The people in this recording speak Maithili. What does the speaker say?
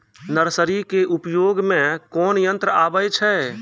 नर्सरी के उपयोग मे कोन यंत्र आबै छै?